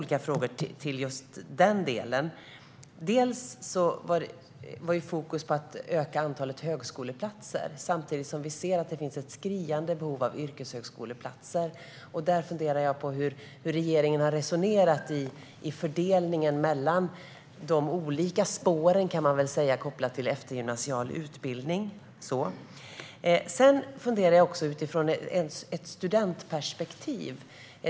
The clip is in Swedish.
I anknytning till den delen har jag två olika frågor. Fokus låg på att öka antalet högskoleplatser, samtidigt som vi ser att det finns ett skriande behov av yrkeshögskoleplatser. Jag funderar på hur regeringen har resonerat i fråga om fördelningen mellan de olika spåren vad gäller eftergymnasial utbildning. Jag har också funderingar utifrån ett studentperspektiv.